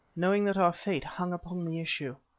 knowing that our fate hung upon the issue.